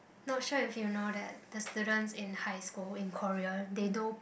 not sure if you know that the students in high school in Korea they do